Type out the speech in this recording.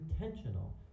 intentional